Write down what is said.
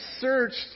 searched